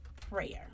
prayer